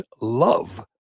love